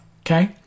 Okay